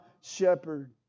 shepherd